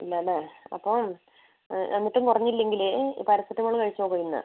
ഇല്ല അല്ലെ അപ്പം എന്നിട്ടും കുറഞ്ഞില്ലെങ്കിൽ പാരസെറ്റാമോള് കഴിച്ച് നോക്ക് ഇന്ന്